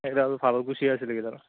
সেই কিডাল ভাল কুচিয়া আছিল সেই কিডাল